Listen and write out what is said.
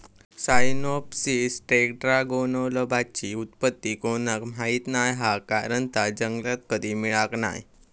Cyamopsis टेट्रागोनोलोबाची उत्पत्ती कोणाक माहीत नाय हा कारण ता जंगलात कधी मिळाक नाय